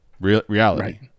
reality